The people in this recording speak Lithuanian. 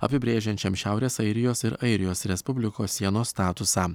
apibrėžiančiam šiaurės airijos ir airijos respublikos sienos statusą